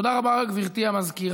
תודה רבה לך, גברתי המזכירה.